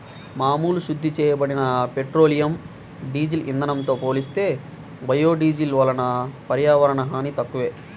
మామూలు శుద్ధి చేయబడిన పెట్రోలియం, డీజిల్ ఇంధనంతో పోలిస్తే బయోడీజిల్ వలన పర్యావరణ హాని తక్కువే